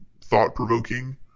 thought-provoking